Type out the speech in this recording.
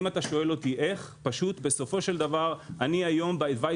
אם אתה שואל אותי איך אני היום בצוות